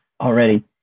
already